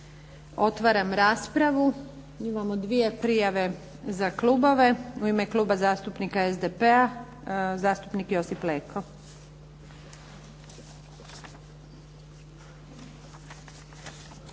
Otvaram raspravu. Imamo dvije prijave za klubove. U ime Kluba zastupnika SDP-a zastupnik Josip Leko.